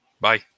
Bye